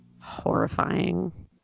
horrifying